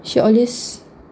she always